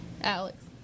Alex